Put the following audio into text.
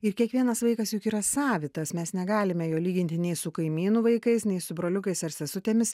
ir kiekvienas vaikas juk yra savitas mes negalime jo lyginti nei su kaimynų vaikais nei su broliukais ar sesutėmis